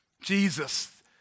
Jesus